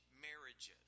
marriages